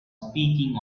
speaking